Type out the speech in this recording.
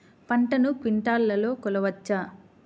పంటను క్వింటాల్లలో కొలవచ్చా?